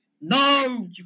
No